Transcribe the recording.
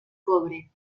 cobre